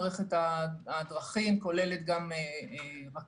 מערכת הדרכים כולל גם רכבות,